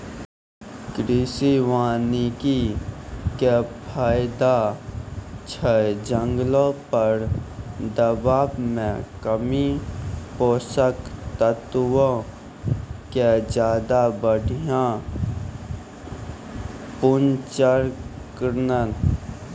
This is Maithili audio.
कृषि वानिकी के फायदा छै जंगलो पर दबाब मे कमी, पोषक तत्वो के ज्यादा बढ़िया पुनर्चक्रण